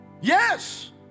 Yes